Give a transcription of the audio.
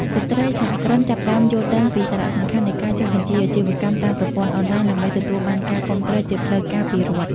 ស្ត្រីសហគ្រិនចាប់ផ្តើមយល់ដឹងពីសារៈសំខាន់នៃការចុះបញ្ជីអាជីវកម្មតាមប្រព័ន្ធអនឡាញ ដើម្បីទទួលបានការគាំទ្រជាផ្លូវការពីរដ្ឋ។